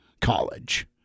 College